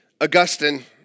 Augustine